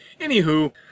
Anywho